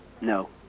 No